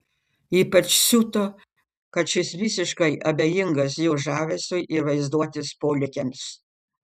ypač siuto kad šis visiškai abejingas jo žavesiui ir vaizduotės polėkiams